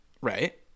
Right